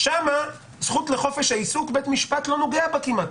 בזכות לחופש העיסוק, בית המשפט לא נוגע בה כמעט.